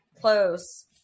close